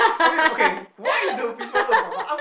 I mean okay why do people look for part